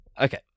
Okay